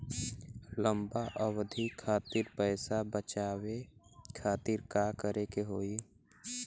लंबा अवधि खातिर पैसा बचावे खातिर का करे के होयी?